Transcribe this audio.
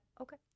okay